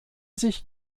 sich